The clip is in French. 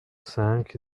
cinq